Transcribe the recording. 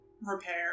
repair